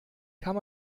kann